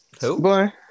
Boy